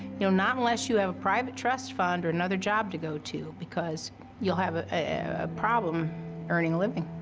know, not unless you have a private trust fund or another job to go to because you'll have ah a a problem earning a living.